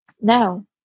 No